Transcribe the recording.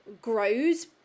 grows